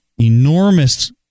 enormous